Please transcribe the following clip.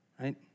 right